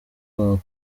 hop